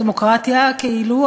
דמוקרטיה כאילו,